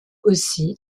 aussi